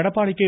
Edappadi K